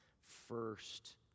First